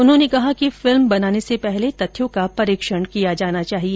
उन्होंने कहा कि फिल्म बनाने से पहले तथ्यों का परीक्षण किया जाना चाहिए